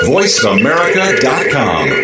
VoiceAmerica.com